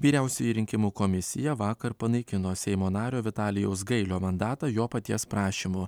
vyriausioji rinkimų komisija vakar panaikino seimo nario vitalijaus gailio mandatą jo paties prašymu